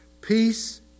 peace